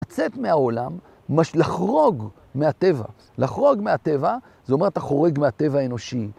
לצאת מהעולם, לחרוג מהטבע. לחרוג מהטבע, זאת אומרת, אתה חורג מהטבע האנושי.